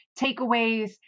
takeaways